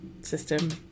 system